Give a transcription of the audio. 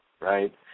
right